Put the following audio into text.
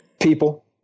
People